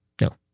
No